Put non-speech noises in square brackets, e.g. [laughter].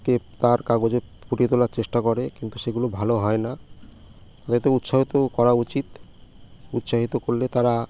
কে তার কাগজে ফুটিয়ে তোলার চেষ্টা করে কিন্তু সেগুলো ভালো হয় না [unintelligible] উৎসাহিত করা উচিত উৎসাহিত করলে তারা